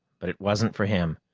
but it wasn't for him.